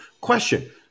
Question